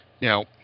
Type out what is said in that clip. Now